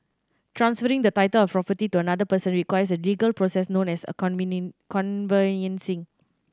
transferring the title of a property to another person requires a legal process known as a conveyancing